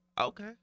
Okay